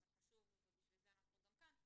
שזה חשוב ובשביל זה אנחנו גם כאן,